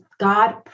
God